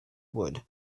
wood